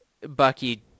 Bucky